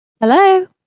Hello